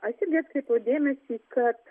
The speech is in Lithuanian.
aš irgi atkreipiau dėmesį kad